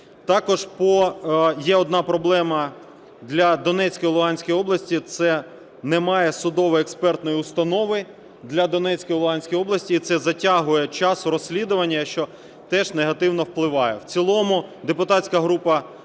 Також є одна проблема для Донецької і Луганської області – це немає судово-експертної установи для Донецької і Луганської області, і це затягує час у розслідуванні, що теж негативно впливає.